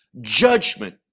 Judgment